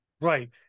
Right